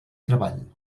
treball